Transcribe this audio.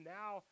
now